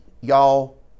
y'all